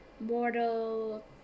mortal